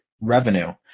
revenue